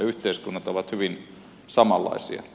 yhteiskunnat ovat hyvin samanlaisia